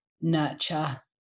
nurture